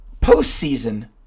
postseason